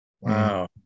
wow